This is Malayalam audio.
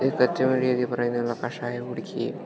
കൃത്യമായ രീതി പറയുന്നതിനുള്ള കഷായം കുടിക്കുകേം